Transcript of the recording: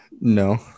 No